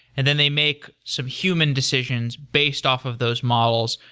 and then they make some human decisions based off of those models.